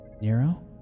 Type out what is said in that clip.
Nero